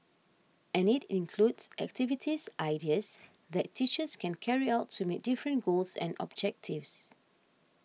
and it includes activities ideas that teachers can carry out to meet different goals and objectives